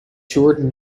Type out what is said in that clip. toured